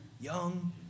young